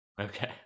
Okay